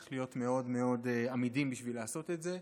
צריך להיות מאוד מאוד אמידים בשביל לעשות את זה.